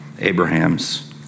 Abraham's